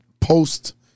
post